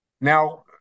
Now